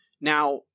Now